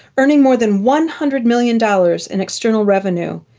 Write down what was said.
earning more than one hundred million dollars in external revenue.